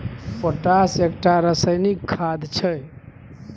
potash एकटा रासायनिक खाद छै